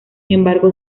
embargo